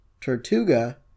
Tortuga